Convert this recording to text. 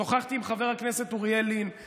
שוחחתי עם חבר הכנסת לשעבר